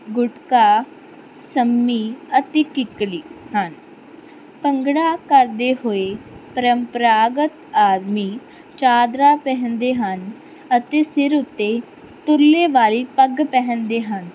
ਗੁਟਕਾ ਸੰਮੀ ਅਤੇ ਕਿੱਕਲੀ ਹਨ ਭੰਗੜਾ ਕਰਦੇ ਹੋਏ ਪਰੰਪਰਾਗਤ ਆਦਮੀ ਚਾਦਰਾ ਪਹਿਨਦੇ ਹਨ ਅਤੇ ਸਿਰ ਉੱਤੇ ਤੁਰਲੇ ਵਾਲੀ ਪੱਗ ਪਹਿਨਦੇ ਹਨ